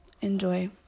Enjoy